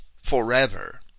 forever